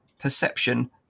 perception